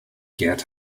gerd